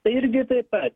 tai irgi taip pat